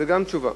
גם זו תשובה.